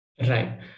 Right